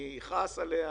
אני אכעס עליה,